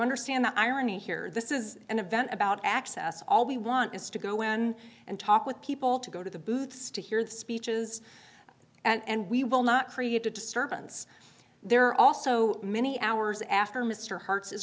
understand the irony here this is an event about access all we want is to go in and talk with people to go to the booths to hear the speeches and we will not create a disturbance there also many hours after mr hert